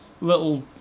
little